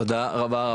תודה רבה.